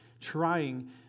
trying